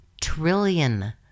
trillion